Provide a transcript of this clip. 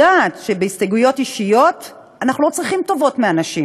יודעת שבהסתייגויות אישיות אנחנו לא צריכים טובות מאנשים,